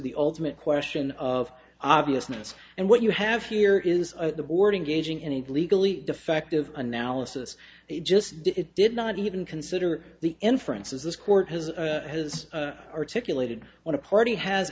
the ultimate question of obviousness and what you have here is the boarding gauging any legally defective analysis they just did it did not even consider the inferences this court has has articulated what a party has